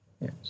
Yes